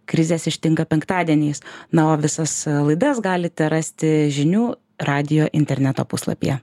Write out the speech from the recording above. krizės ištinka penktadieniais na o visas laidas galite rasti žinių radijo interneto puslapyje